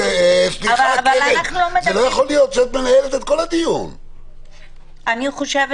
אבל מי שבאמת תצליח לצאת